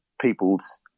people's